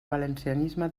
valencianisme